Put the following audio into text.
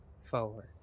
forward